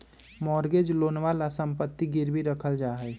mortgage लोनवा ला सम्पत्ति गिरवी रखल जाहई